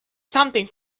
something